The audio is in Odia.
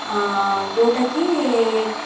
ଯେଉଁଟାକି